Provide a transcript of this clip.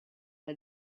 had